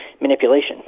manipulation